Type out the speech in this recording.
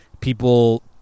People